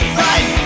right